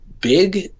big